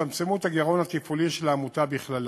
שיצמצמו את הגירעון התפעולי של העמותה בכללה.